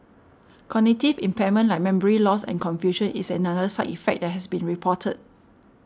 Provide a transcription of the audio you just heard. cognitive impairment like memory loss and confusion is another side effect that has been reported